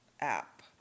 app